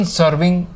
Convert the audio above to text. serving